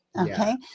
Okay